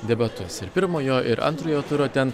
debatus ir pirmojo ir antrojo turo ten